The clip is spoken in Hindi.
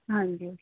हाँ जी